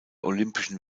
olympischen